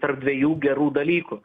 tarp dviejų gerų dalykų